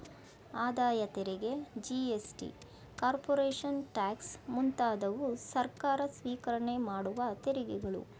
ಆದಾಯ ತೆರಿಗೆ GST, corporation tax ಮುಂತಾದವು ಸರ್ಕಾರ ಸ್ವಿಕರಣೆ ಮಾಡುವ ತೆರಿಗೆಗಳು